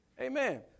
Amen